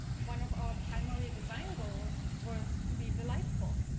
one of our primary design goals was to be delightful.